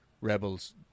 rebels